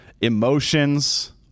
emotions